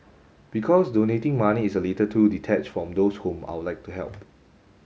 because donating money is a little too detached from those whom I'd like to help